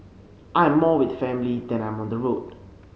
I'm more with family than I'm on the road